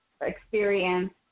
experience